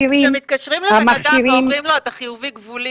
כשמתקשרים לבן אדם ואומרים לו: אתה חיובי-גבולי,